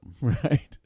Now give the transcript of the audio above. right